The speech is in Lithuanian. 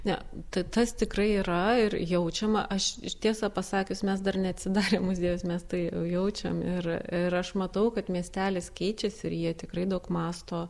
ne tai tas tikrai yra ir jaučiama aš tiesą pasakius mes dar neatsidarę muziejaus mes tai jau jaučiam ir aš matau kad miestelis keičiasi ir jie tikrai daug mąsto